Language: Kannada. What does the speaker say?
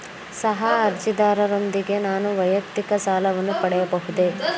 ಸಹ ಅರ್ಜಿದಾರರೊಂದಿಗೆ ನಾನು ವೈಯಕ್ತಿಕ ಸಾಲವನ್ನು ಪಡೆಯಬಹುದೇ?